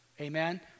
Amen